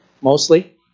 mostly